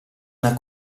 una